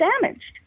damaged